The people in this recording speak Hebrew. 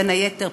בין היתר,